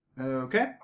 Okay